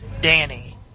Danny